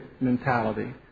mentality